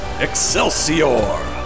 Excelsior